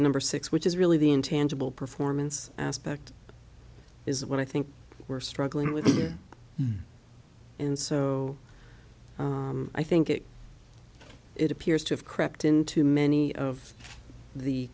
number six which is really the intangible performance aspect is what i think we're struggling with here and so i think it it appears to have crept into many of the